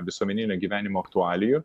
visuomeninio gyvenimo aktualijų